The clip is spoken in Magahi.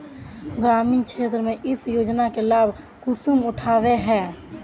ग्रामीण क्षेत्र में इस योजना के लाभ कुंसम उठावे है?